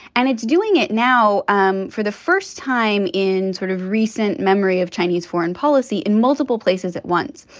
and it's doing it now um for the first time in sort of recent memory of chinese foreign policy in multiple places at once.